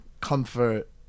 comfort